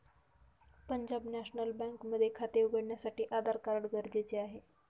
Punjab national bank मध्ये खाते उघडण्यासाठी आधार कार्ड गरजेचे आहे